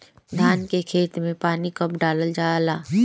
धान के खेत मे पानी कब डालल जा ला?